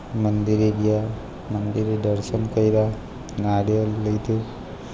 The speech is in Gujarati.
મંદિરે ગયા મંદિરે દર્શન કર્યા નાળિયેર લીધું